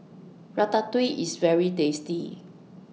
Ratatouille IS very tasty